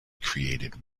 created